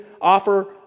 offer